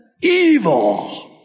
evil